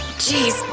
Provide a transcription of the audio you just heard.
geez,